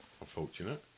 Unfortunate